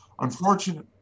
unfortunately